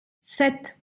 sept